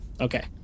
Okay